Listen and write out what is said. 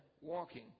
walking